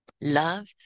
Love